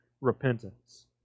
repentance